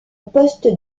poste